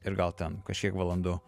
ir gal ten kažkiek valandų